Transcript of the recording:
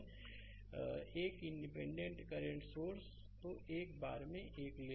slide समय देखें 2658 एक इंडिपेंडेंट करंट सोर्स तो एक बार में एक ले लो